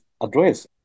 address